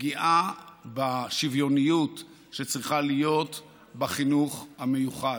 פגיעה בשוויוניות שצריכה להיות בחינוך המיוחד.